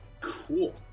Cool